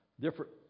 different